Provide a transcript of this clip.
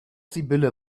sibylle